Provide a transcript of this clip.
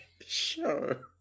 Sure